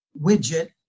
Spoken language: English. widget